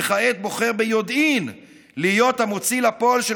וכעת בוחר ביודעין להיות המוציא לפועל של